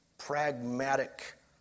Pragmatic